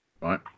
right